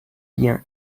liens